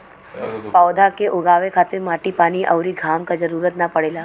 पौधा के उगावे खातिर माटी पानी अउरी घाम क जरुरत ना पड़ेला